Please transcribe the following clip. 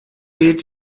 gilt